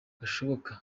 gashoboka